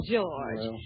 George